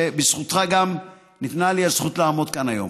שבזכותך ניתנה לי הזכות לעמוד כאן היום.